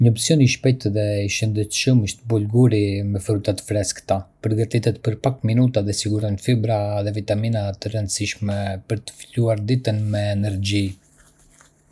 Një opsion i shpejtë dhe i shëndetshëm është bollguri me fruta të freskëta. Përgatitet për pak minuta dhe siguron fibra dhe vitamina të rëndësishme për të filluar ditën me energji.